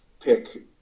pick